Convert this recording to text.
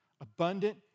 Abundant